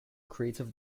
creative